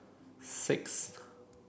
sixth